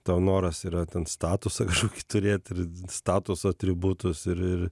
tau noras yra ten statusą kažkokį turėt ir statuso atributus ir ir